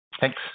Thanks